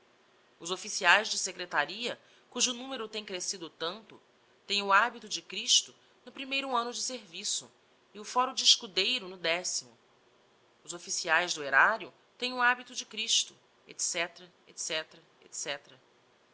os officiaes de secretaria cujo numero tem crescido tanto tem o habito de christo no primeiro anno de serviço e o fôro de escudeiro no decimo os officiaes do erario tem o habito de christo